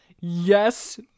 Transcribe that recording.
Yes